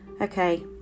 Okay